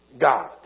God